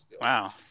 Wow